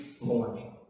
morning